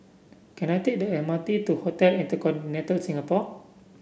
can I take the M R T to Hotel InterContinental Singapore